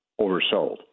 oversold